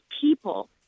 people